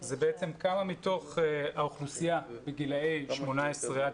זה בעצם כמה מתוך האוכלוסייה בגילאי 18 עד